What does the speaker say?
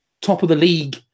top-of-the-league